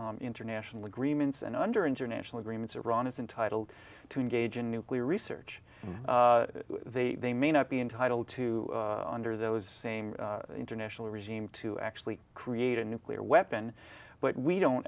like international agreements and under international agreements iran is entitled to engage in nuclear research they may not be entitled to under those same international regime to actually create a nuclear weapon but we don't